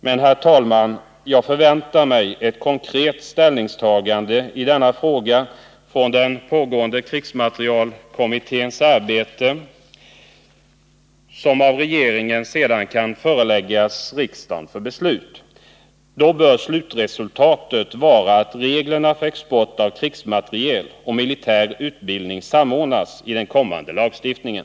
Men, herr talman, jag förväntar mig ett konkret ställnin” :- tagande från den pågående krigsmaterielkommitténs arbete, som av regeringen sedan kan föreläggas riksdagen för beslut. Slutresultatet bör vara att reglerna för export av krigsmateriel och militär utbildning samordnas i den kommande lagstiftningen.